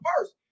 first